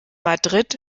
madrid